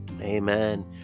amen